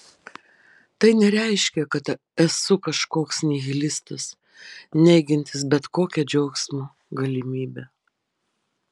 tai nereiškia kad esu kažkoks nihilistas neigiantis bet kokią džiaugsmo galimybę